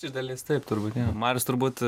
iš dalies taip turbūt jo marius turbūt